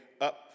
up